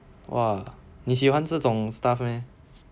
!wah! nice 你喜欢这种 stuff meh